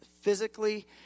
physically